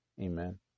Amen